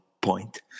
point